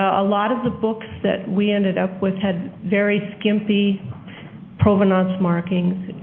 a lot of the books that we ended up with had very skimpy provenance markings.